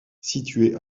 située